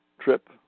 trip